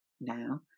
now